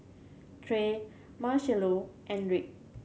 Trae Marchello and Rick